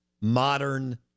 modern